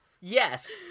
Yes